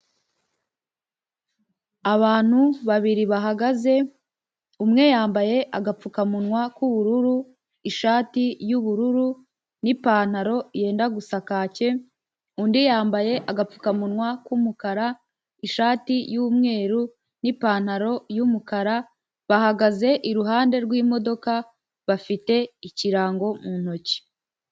Abantu babiri bahagaze, umwe yambaye agapfukamunwa k'ubururu, ishati yubururu, n'ipantaro yenda gusa kake, undi yambaye agapfukamunwa k'umukara ishati y'umweru, n'ipantaro y'umukara bahagaze iruhande rw'imodoka bafite ikirango mu ntoki.